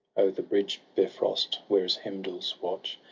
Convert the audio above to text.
the bridge bifrost, where is heimdall's watch,